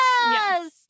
Yes